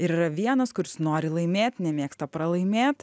ir yra vienas kuris nori laimėt nemėgsta pralaimėt